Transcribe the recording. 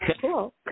cool